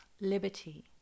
liberty